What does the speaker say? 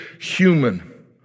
human